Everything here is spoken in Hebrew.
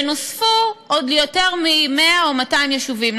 ונוספו עוד יותר מ-100 או 200 יישובים,